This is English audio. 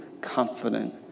confident